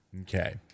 Okay